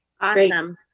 Awesome